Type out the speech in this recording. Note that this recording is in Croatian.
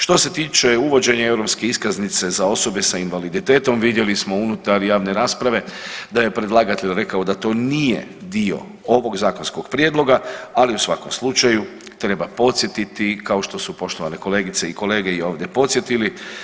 Što se tiče uvođenja europske iskaznice za osobe sa invaliditetom vidjeli smo unutar javne rasprave da je predlagatelj rekao da to nije dio ovog zakonskog prijedloga, ali u svakom slučaju treba podsjetiti kao što su poštovane kolegice i kolege i ovdje podsjetili.